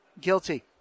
guilty